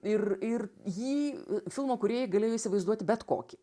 ir ir jį filmo kūrėjai galėjo įsivaizduoti bet kokį